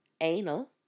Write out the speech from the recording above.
anal